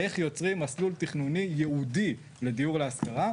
איך יוצרים מסלול תכנוני ייעודי לדיור להשכרה?